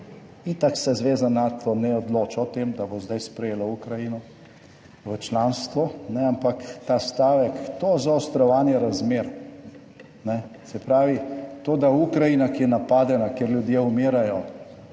Itak se Zveza Nato ne odloča o tem, da bo zdaj sprejelo Ukrajino v članstvo, ampak ta stavek, »to zaostrovanje razmer«, se pravi, to da Ukrajina, ki je napadena, kjer ljudje umirajo,